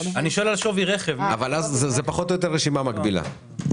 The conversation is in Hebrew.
זה פחות או יותר רשימה מקבילה.